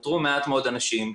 נותרו מעט מאוד אנשים.